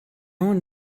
want